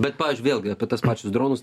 bet pavyzdžiui vėlgi apie tas pačius dronus